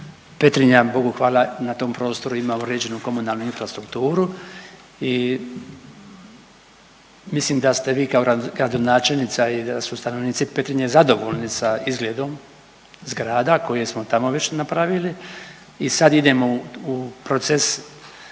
Petrinja Bogu hvala na tom prostoru ima uređenu komunalnu infrastrukturu i mislim da ste vi kao gradonačelnica i da su stanovnici Petrinje zadovoljni sa izgledom zgrada koje smo tamo već napravili i sad idemo u proces,